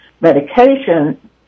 medication